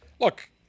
look